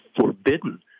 forbidden